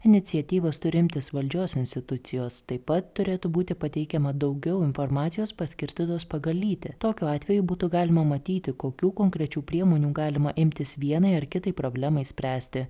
iniciatyvos turi imtis valdžios institucijos taip pat turėtų būti pateikiama daugiau informacijos paskirstytos pagal lytį tokiu atveju būtų galima matyti kokių konkrečių priemonių galima imtis vienai ar kitai problemai spręsti